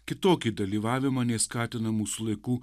kitokį dalyvavimą nei skatina mūsų laikų